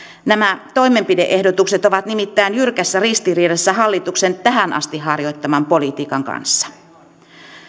nämä toimenpide ehdotukset ovat nimittäin jyrkässä ristiriidassa hallituksen tähän asti harjoittaman politiikan kanssa